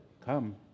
come